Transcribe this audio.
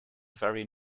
very